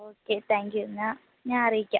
okay thank you എന്നാല് ഞാന് അറിയിക്കാം